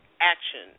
action